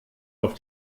auf